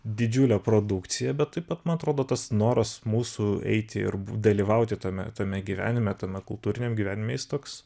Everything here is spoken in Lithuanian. didžiulė produkcija bet taip pat man atrodo tas noras mūsų eiti ir dalyvauti tame tame gyvenime tame kultūriniam gyvenime jis toks